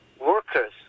workers